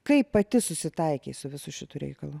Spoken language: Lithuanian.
kaip pati susitaikei su visu šituo reikalu